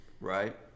Right